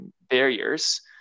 barriers